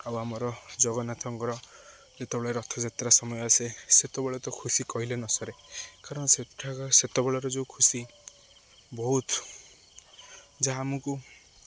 ଆଉ ଆମର ଜଗନ୍ନାଥଙ୍କର ଯେତେବେଳେ ରଥଯାତ୍ରା ସମୟ ଆସେ ସେତେବେଳେ ତ ଖୁସି କହିଲେ ନସରେ କାରଣ ସେଠା ସେତେବେଳର ଯେଉଁ ଖୁସି ବହୁତ ଯାହା ଆମକୁ